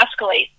escalate